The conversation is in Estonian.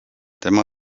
tema